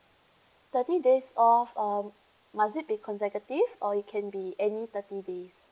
thirty days off or must it be consecutive or it can be any thirty days